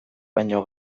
baino